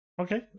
Okay